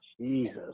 Jesus